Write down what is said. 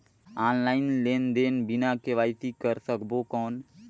Online लेनदेन बिना KYC कर सकबो कौन??